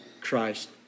Christ